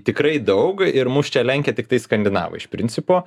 tikrai daug ir mus čia lenkia tiktai skandinavai iš principo